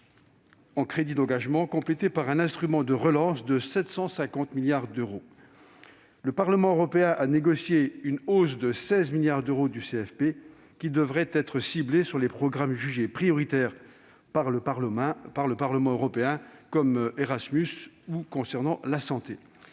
en crédits d'engagement, complété par un instrument de relance de 750 milliards d'euros. Le Parlement européen a négocié une hausse de 16 milliards d'euros du CFP. Cette somme qui devrait être ciblée sur les éléments jugés prioritaires par le Parlement européen, comme Erasmus ou les